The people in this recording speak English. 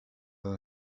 than